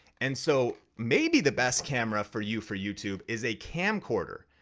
and so maybe the best camera for you for youtube is a camcorder,